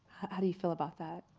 how do you feel about that?